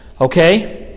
Okay